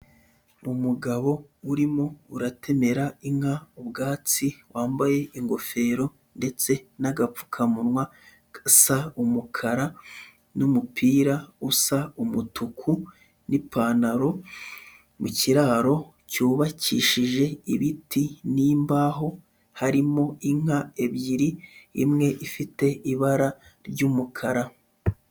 Umugabo urimo uratemera inka ubwatsi wambaye ingofero ndetse n'agapfukamunwa gasa umukara n'umupira usa umutuku n'ipantaro, mu kiraro cyubakishije ibiti n'imbaho, harimo inka ebyiri imwe ifite ibara ry'umukara.